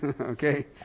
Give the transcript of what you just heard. Okay